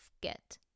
get